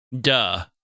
Duh